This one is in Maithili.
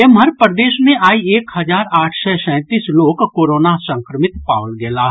एम्हर प्रदेश मे आइ एक हजार आठ सय सैंतीस लोक कोरोना संक्रमित पाओल गेलाह